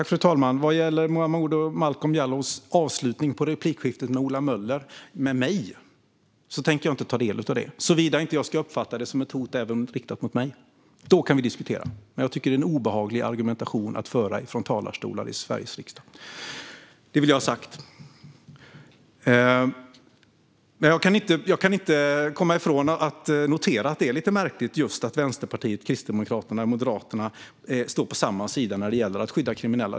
Fru talman! Vad gäller att Momodou Malcolm Jallow avslutar replikskiftet med Ola Möller med mig tänker jag inte ta del av det, såvida jag inte ska uppfatta det som ett hot riktat även mot mig. Då kan vi diskutera det, men jag tycker att det är en obehaglig argumentation att föra från talarstolar i Sveriges riksdag. Det vill jag ha sagt. Jag kan inte komma ifrån att notera att det är lite märkligt att Vänsterpartiet, Kristdemokraterna och Moderaterna står på samma sida när det gäller att skydda kriminella.